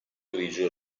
grigio